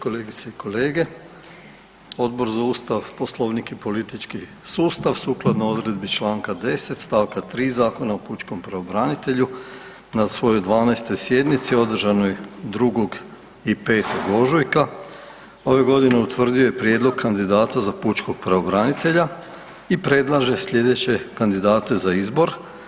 Kolegice i kolege, Odbor za Ustav, Poslovnik i politički sustav sukladno odredbi članka 10. stavka 3. Zakona o Pučkom pravobranitelju na svojoj 12. sjednici održanoj 2. i 5. ožujka ove godine utvrdio je Prijedlog kandidata za Pučkog pravobranitelja i predlaže sljedeće kandidate za izbor.